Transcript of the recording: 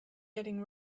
getting